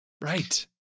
Right